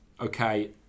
okay